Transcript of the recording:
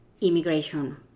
immigration